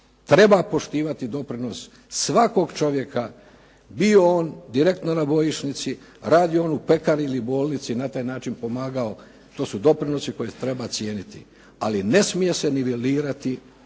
treba poštivati doprinos svakog čovjeka bio on direktno na bojišnici, radio on u pekari ili bolnici i na taj način pomagao. To su doprinosi koje treba cijeniti. Ali ne smije se nivelirati